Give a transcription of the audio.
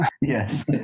Yes